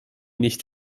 nicht